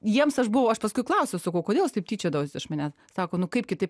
jiems aš buvau aš paskui klausiau sakau kodėl jūs taip tyčiodavotės iš manęs sako nu kaip kitaip